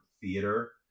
theater